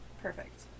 perfect